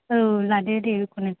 औ लादो दे बेखौनो